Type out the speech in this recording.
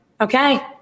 Okay